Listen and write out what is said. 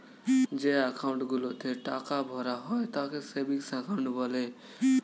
যে অ্যাকাউন্ট গুলোতে টাকা ভরা হয় তাকে সেভিংস অ্যাকাউন্ট বলে